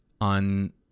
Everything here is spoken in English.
on